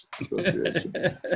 association